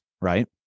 right